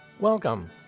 Welcome